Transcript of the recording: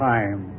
Time